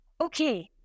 Okay